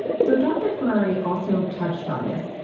so dr. ferrari also touched on this.